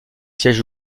siège